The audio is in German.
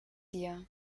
dir